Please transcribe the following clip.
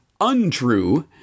untrue